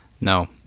No